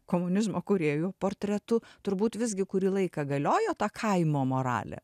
komunizmo kūrėjų portretu turbūt visgi kurį laiką galiojo ta kaimo moralė